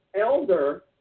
Elder